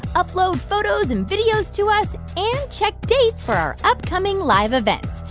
upload photos and videos to us and check dates for our upcoming live events.